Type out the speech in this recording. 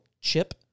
CHIP